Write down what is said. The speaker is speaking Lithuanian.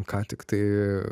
ką tiktai